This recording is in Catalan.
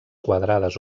quadrades